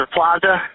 Plaza